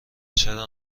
چرا